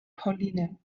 pauline